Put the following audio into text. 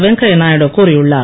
வெங்கையா நாயுடு கூறியுள்ளார்